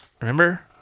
Remember